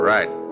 Right